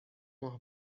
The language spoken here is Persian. ماه